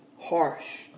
harsh